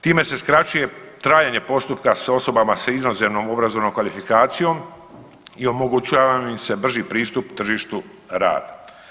Time se skraćuje trajanje postupka s osobama s inozemnom obrazovnom kvalifikacijom i omogućava im se brži pristup tržištu rada.